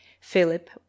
Philip